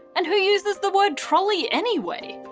and who uses the world trolley anyway?